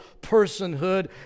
personhood